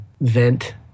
vent